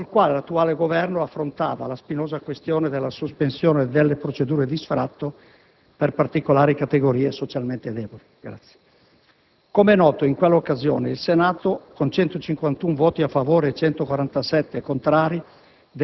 il quale l'attuale Governo affrontava la spinosa questione della sospensione delle procedure di sfratto per particolari categorie socialmente deboli. Come noto, in quella occasione il Senato, con 151 voti a favore e 147 contrari,